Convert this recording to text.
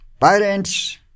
parents